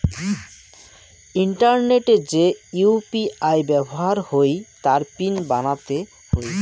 ইন্টারনেটে যে ইউ.পি.আই ব্যাবহার হই তার পিন বানাতে হই